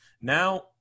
now